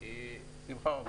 בשמחה רבה.